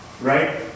Right